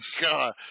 God